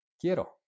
Quiero